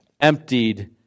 emptied